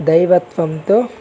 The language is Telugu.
దైవత్వంతో